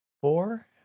four